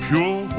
Pure